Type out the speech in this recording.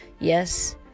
Yes